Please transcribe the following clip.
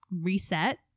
reset